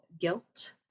guilt